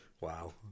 Wow